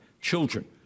children